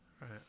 Right